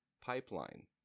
Pipeline